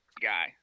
guy